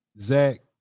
Zach